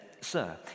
sir